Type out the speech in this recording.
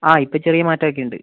ആ ഇപ്പം ചെറിയ മാറ്റം ഒക്കെ ഉണ്ട്